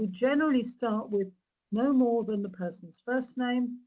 generally start with no more than the person's first name,